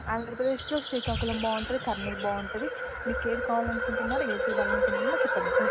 ఆంధ్రప్రదేశ్లో శ్రీకాకుళం బాగుంటుంది కర్నూలు బాగుంటుంది మీకు ఏది కావాలి అనుకుంటున్నారు ఏది చూడాలి అనుకుంటున్నారు చెప్పండి సార్